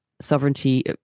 sovereignty